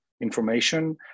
information